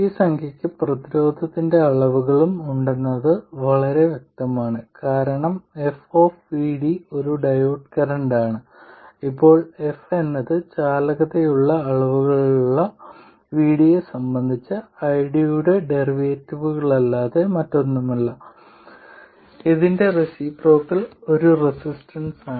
ഈ സംഖ്യയ്ക്ക് പ്രതിരോധത്തിന്റെ അളവുകളും ഉണ്ടെന്നത് വളരെ വ്യക്തമാണ് കാരണം f ഒരു ഡയോഡ് കറന്റ് ആണ് ഇപ്പോൾ f എന്നത് ചാലകതയുടെ അളവുകളുള്ള VD യെ സംബന്ധിച്ച ID യുടെ ഡെറിവേറ്റീവല്ലാതെ മറ്റൊന്നുമല്ല ഇതിന്റെ റേസിപ്രോക്കൽ ഒരു റെസിസ്റ്റൻസാണ്